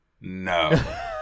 no